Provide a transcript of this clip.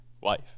wife